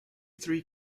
three